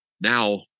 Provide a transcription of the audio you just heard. Now